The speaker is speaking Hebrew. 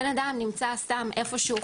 בן אדם נמצא סתם איפה שהוא,